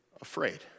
afraid